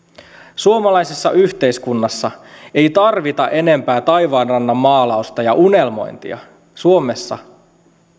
suomalaisessa yhteiskunnassa ei tarvita enempää taivaanrannan maalausta ja unelmointia suomessa